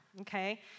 okay